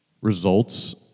results